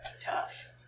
tough